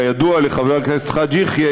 כידוע לחבר הכנסת חאג' יחיא,